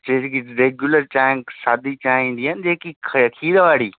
जकी की रेग्युलर चांहि सादी चांहि ईंदी आहे न जेकी ख खीर वारी